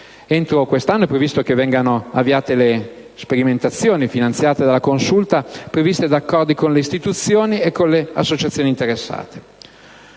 Entro quest'anno è previsto che vengano avviate le sperimentazioni, finanziate dalla Consulta, previste da accordi con le istituzioni e le associazioni interessate.